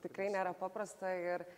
tikrai nėra paprasta ir